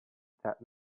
that